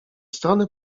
strony